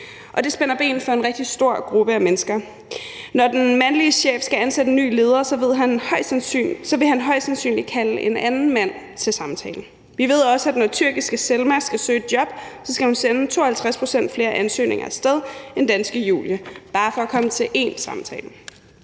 det spænder ben for en rigtig stor gruppe af mennesker. Når den mandlige chef skal ansætte en ny leder, vil han højst sandsynligt kalde en anden mand til samtaler. Vi ved også, at når tyrkiske Selma skal søge et job, skal hun sende 52 pct. flere ansøgninger af sted end danske Julie, bare for at komme til én samtale,